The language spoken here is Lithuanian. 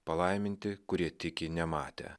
palaiminti kurie tiki nematę